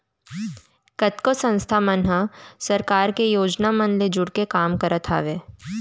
कतको संस्था मन ह सरकार के योजना मन ले जुड़के काम करत हावय